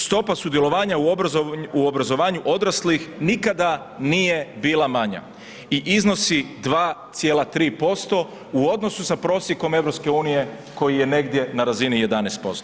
Stopa sudjelovanja u obrazovanju odraslih, nikada nije bila manja i iznosi 2,3% u odnosu sa prosjekom EU, koji je negdje na razini 11%